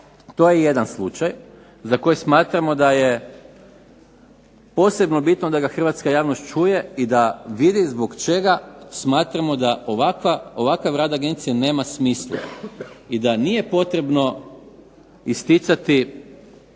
to je jedan slučaj za koji smatramo a je posebno bitno da ga hrvatska javnost čuje i da vidi zbog čega smatramo da ovakav rad agencije nema smisla. I da nije potrebno isticati